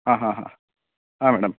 ಹಾಂ ಹಾಂ ಹಾಂ ಹಾಂ ಮೇಡಮ್